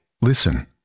Listen